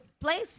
place